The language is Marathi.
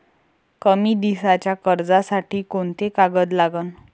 कमी दिसाच्या कर्जासाठी कोंते कागद लागन?